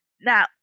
Now